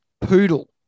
Poodle